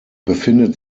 befindet